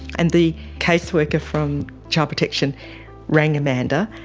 and the caseworker from child protection rang amanda,